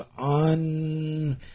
on